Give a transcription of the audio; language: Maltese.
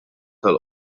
tal